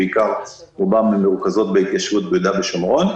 רובן מרוכזות בהתיישבות ביהודה ושומרון,